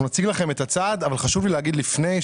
חשוב לי להגיד לפני,